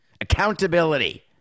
Accountability